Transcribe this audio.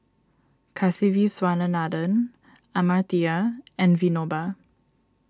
Kasiviswanathan Amartya and Vinoba